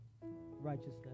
righteousness